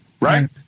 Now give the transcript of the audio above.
Right